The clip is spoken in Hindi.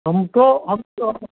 हमको हम तो